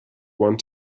want